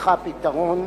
שצריכה פתרון,